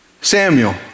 Samuel